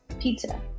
Pizza